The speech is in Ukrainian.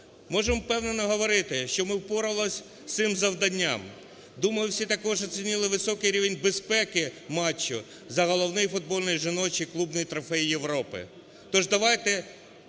Можемо впевнено говорити, що ми впорались з цим завданням. Думаю, всі також оцінили високий рівень безпеки матчу за головний футбольний жіночий клубний трофей Європи. Тож давайте